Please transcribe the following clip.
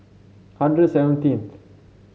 hundred seventeenth